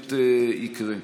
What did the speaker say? באמת יקרה.